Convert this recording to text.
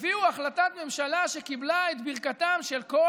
הביאו החלטת ממשלה שקיבלה את ברכתם של כל